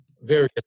various